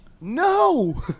No